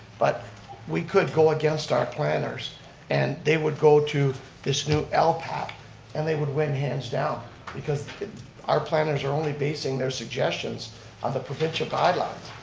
but we could go against our planners and they would go to this new lpat and they would win hands down because our planners are only basing their suggestions on the provincial guidelines.